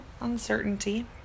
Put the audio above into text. Uncertainty